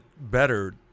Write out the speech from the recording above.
better